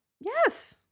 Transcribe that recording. Yes